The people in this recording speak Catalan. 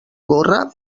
gorra